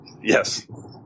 Yes